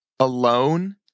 alone